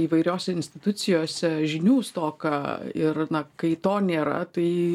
įvairiose institucijose žinių stoką ir na kai to nėra tai